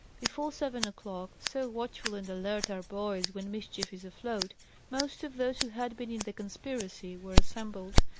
before seven o'clock so watchful and alert are boys when mischief is afloat most of those who had been in the conspiracy were assembled,